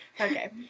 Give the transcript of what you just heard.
Okay